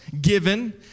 given